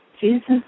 Jesus